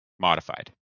modified